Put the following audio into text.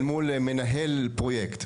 אל מול מנהל פרויקט.